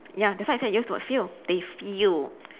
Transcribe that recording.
ya that's why I say use the word feel they feel